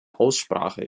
aussprache